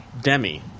Demi